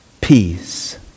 peace